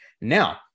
Now